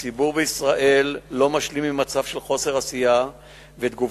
הציבור בישראל לא משלים עם מצב של חוסר עשייה ותגובה.